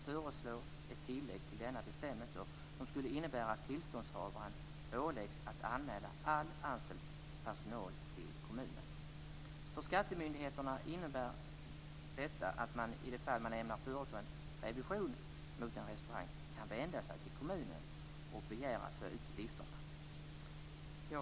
föreslår ett tillägg till denna bestämmelse som skulle innebära att tillståndshavaren åläggs att anmäla all anställd personal till kommunen. För skattemyndigheterna innebär detta att man, i de fall man ämnar företa en revision mot en restaurang, kan vända sig till kommunen och begära att få ut listorna.